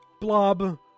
blob